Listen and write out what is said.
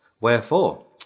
Wherefore